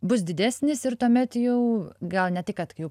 bus didesnis ir tuomet jau gal ne tai kad jau